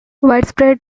widespread